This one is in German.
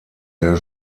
der